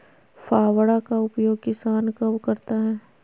फावड़ा का उपयोग किसान कब करता है?